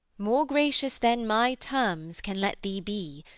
more gracious then my terms can let thee be,